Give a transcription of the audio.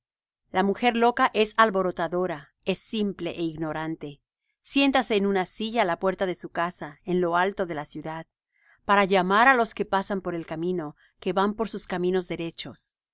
la mujer loca es alborotadora es simple é ignorante siéntase en una silla á la puerta de su casa en lo alto de la ciudad para llamar á los que pasan por el camino que van por sus caminos derechos